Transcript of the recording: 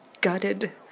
gutted